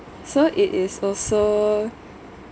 so it is also